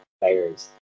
players